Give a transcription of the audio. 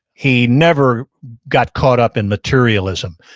he never got caught up in materialism.